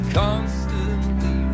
constantly